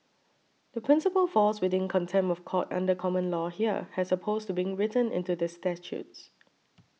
the principle falls within contempt of court under common law here as opposed to being written into the statutes